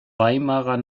weimarer